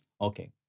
Okay